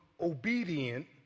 obedient